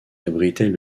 abritait